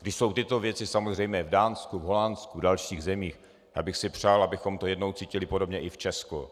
Když jsou tyto věci samozřejmé v Dánsku, Holandsku a v dalších zemích, já bych si přál, abychom to jednou cítili podobně i v Česku.